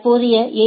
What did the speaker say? தற்போதைய எ